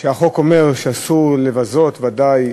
שהחוק אומר שאסור לבזות, ודאי,